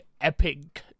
epic